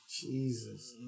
Jesus